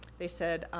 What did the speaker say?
they said,